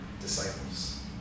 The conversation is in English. disciples